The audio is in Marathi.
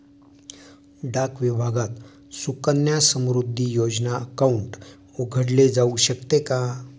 डाक विभागात सुकन्या समृद्धी योजना अकाउंट उघडले जाऊ शकते का?